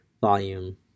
volume